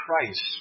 Christ